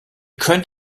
könnt